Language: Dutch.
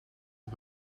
het